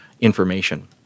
information